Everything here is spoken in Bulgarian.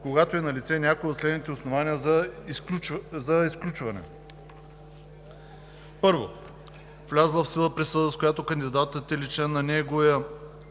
когато е налице някое от следните основания за изключване: 1. влязла в сила присъда, с която кандидатът или член на неговия